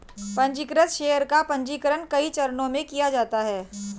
पन्जीकृत शेयर का पन्जीकरण कई चरणों में किया जाता है